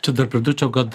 čia dar pridurčiau kad